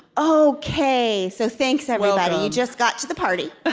ok, so thanks, everybody. you just got to the party. but